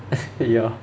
ya